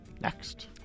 Next